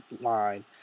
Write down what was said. line